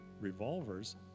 revolvers